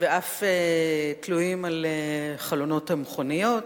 ואף תלויים על חלונות המכוניות.